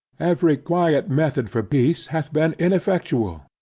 every quiet method for peace hath been ineffectual.